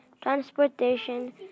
transportation